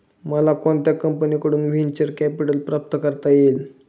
मला कोणत्या कंपनीकडून व्हेंचर कॅपिटल प्राप्त करता येईल?